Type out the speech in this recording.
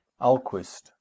Alquist